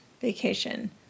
vacation